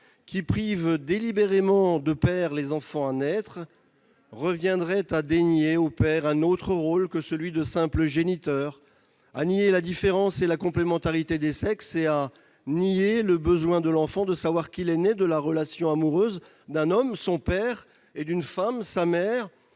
qui prive délibérément de père les enfants à naître reviendrait à dénier au père tout autre rôle que celui de simple géniteur, à nier la différence et la complémentarité des sexes, ainsi que le besoin de l'enfant de savoir qu'il est né de la relation amoureuse d'un homme, son père, et d'une femme, sa mère,